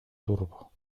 turbo